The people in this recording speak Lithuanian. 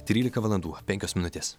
trylika valandų penkios minutės